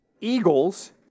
Eagles